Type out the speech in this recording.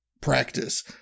practice